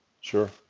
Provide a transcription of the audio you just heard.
Sure